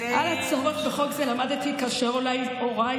על הצורך בחוק זה למדתי כאשר הוריי,